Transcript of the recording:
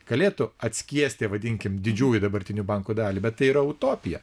galėtų atskiesti vadinkim didžiųjų dabartinių bankų dalį bet tai yra utopija